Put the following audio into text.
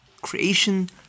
creation